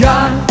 God